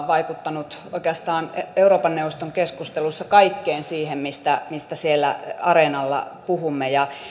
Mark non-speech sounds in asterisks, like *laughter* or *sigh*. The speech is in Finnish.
*unintelligible* vaikuttanut oikeastaan euroopan neuvoston keskusteluissa kaikkeen siihen mistä mistä siellä areenalla puhumme